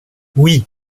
oui